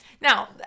Now